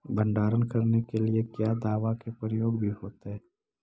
भंडारन करने के लिय क्या दाबा के प्रयोग भी होयतय?